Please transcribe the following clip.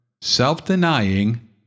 self-denying